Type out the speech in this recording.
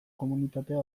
komunitatea